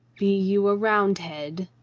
be you a round head?